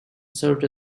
served